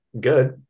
good